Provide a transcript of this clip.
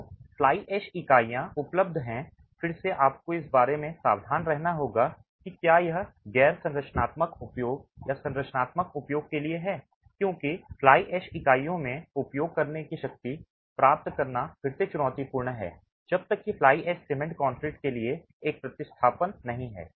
तो fly ash इकाइयाँ उपलब्ध हैं फिर से आपको इस बारे में सावधान रहना होगा कि क्या यह गैर संरचनात्मक उपयोग या संरचनात्मक उपयोग के लिए है क्योंकि फ्लाई ऐश इकाइयों में उपयोग करने की शक्ति प्राप्त करना फिर से चुनौतीपूर्ण है जब तक कि फ्लाई ऐश सीमेंट कंक्रीट के लिए एक प्रतिस्थापन नहीं है